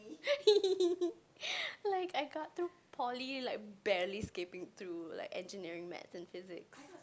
like I got through poly like barely scraping through like engineering maths and physics